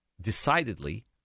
decidedly